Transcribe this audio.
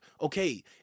Okay